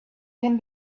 can